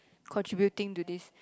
contributing to this